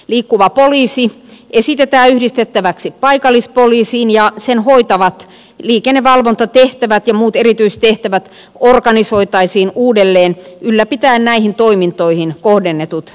liikkuva poliisi esitetään yhdistettäväksi paikallispoliisiin ja sen hoitamat liikennevalvontatehtävät ja muut erityistehtävät organisoitaisiin uudelleen ylläpitäen näihin toimintoihin kohdennetut resurssit